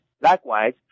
Likewise